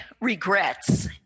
regrets